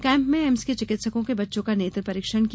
camp में AIIMS के चिकित्सकों ने बच्चों का नेत्र परीक्षण किया